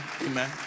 amen